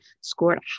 scored